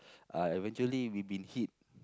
uh eventually we've been hit